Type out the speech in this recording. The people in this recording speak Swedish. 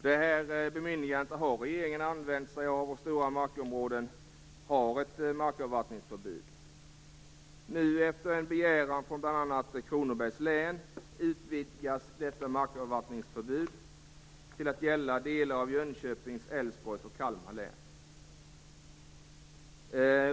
Det bemyndigandet har regeringen använt sig av, och stora områden har ett markavvattningsförbud. Efter en begäran från bl.a. Kronobergs län utvidgas detta markavvattningsförbud till att gälla delar av Jönköpings, Älvsborgs och Kalmar län.